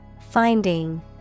Finding